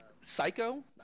psycho